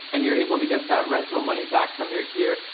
and you're able to get that rental money back from your gear,